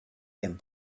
him